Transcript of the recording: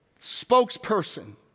spokesperson